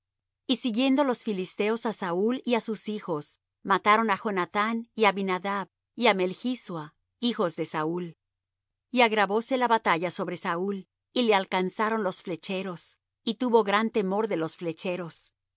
y siguiendo los filisteos á saúl y á sus hijos mataron á jonathán y á abinadab y á melchsua hijos de saúl y agravóse la batalla sobre saúl y le alcanzaron los flecheros y tuvo gran temor de los flecheros